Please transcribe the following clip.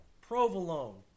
provolone